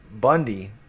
Bundy